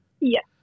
Yes